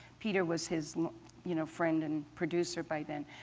peter was his you know friend and producer by then.